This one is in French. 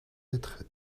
être